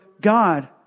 God